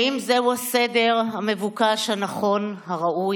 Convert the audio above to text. האם זהו הסדר המבוקש, הנכון, הראוי?